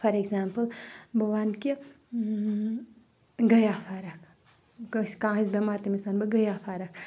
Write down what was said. for example بہٕ وَنہٕ کہِ گٔیٛا فَرق کٲنٛسہِ کانہہ آسہِ بؠمار تٔمِس وَنہٕ بہٕ گٔیٛا فَرق